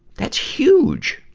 that's huge!